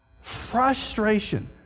frustration